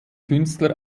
künstler